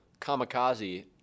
kamikaze